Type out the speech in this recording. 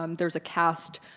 um there's a cast